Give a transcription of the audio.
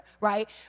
right